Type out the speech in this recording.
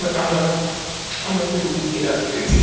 but i'ma i'ma see what we get up to.